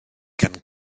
gan